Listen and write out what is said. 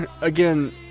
again